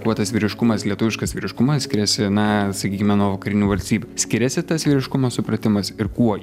kuo tas vyriškumas lietuviškas vyriškumas skiriasi na sakykime nuo vakarinių valstybių skiriasi tas vyriškumo supratimas ir kuo